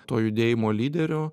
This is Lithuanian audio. to judėjimo lyderių